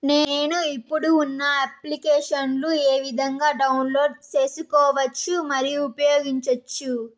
నేను, ఇప్పుడు ఉన్న అప్లికేషన్లు ఏ విధంగా డౌన్లోడ్ సేసుకోవచ్చు మరియు ఉపయోగించొచ్చు?